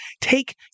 take